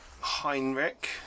Heinrich